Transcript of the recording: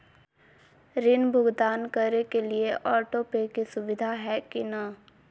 ऋण भुगतान करे के लिए ऑटोपे के सुविधा है की न?